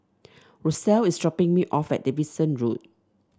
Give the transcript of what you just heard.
Russel is dropping me off at Davidson Road